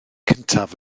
cyntaf